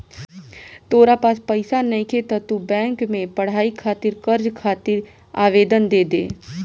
तोरा पास पइसा नइखे त तू बैंक में पढ़ाई खातिर कर्ज खातिर आवेदन दे दे